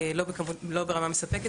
לא ברמה מספקת.